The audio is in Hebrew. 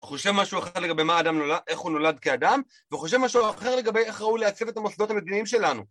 חושב משהו אחד לגבי מה האדם נולד, איך הוא נולד כאדם וחושב משהו אחר לגבי איך ראוי להציב את המוסדות המדיניים שלנו